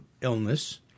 illness